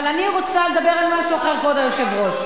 אבל, אני רוצה לדבר על משהו אחר, כבוד היושב-ראש.